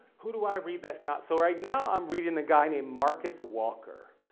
who do i read that's not? so, right now i'm reading a guy named marcus walker.